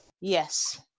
yes